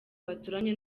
baturanye